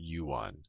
u1